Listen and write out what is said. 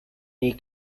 they